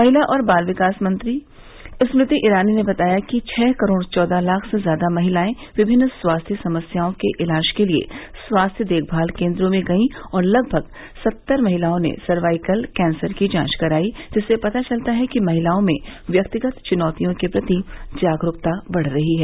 महिला और बाल विकास मंत्री स्मृति ईरानी ने बताया कि छह करोड़ चौदह लाख से ज्यादा महिलाएं विभिन्न स्वास्थ्य समस्याओं के ईलाज के लिए स्वास्थ्य देखमाल केन्द्रों में गईं और लगभग सत्तर महिलाओं ने सर्वाइकल कैंसर की जांच कराई जिससे पता चलता है कि महिलाओ में व्यक्तिगत चुनौतियों के प्रति जागरूकता बढ़ रही है